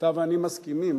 אתה ואני מסכימים,